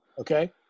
Okay